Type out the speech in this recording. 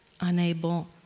unable